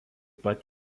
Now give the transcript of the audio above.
pat